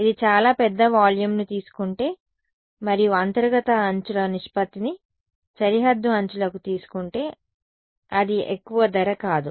ఇది చాలా పెద్ద వాల్యూమ్ను తీసుకుంటే మరియు అంతర్గత అంచుల నిష్పత్తిని సరిహద్దు అంచులకు తీసుకుంటే అది ఎక్కువ ధర కాదు